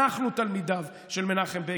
אנחנו תלמידיו של מנחם בגין,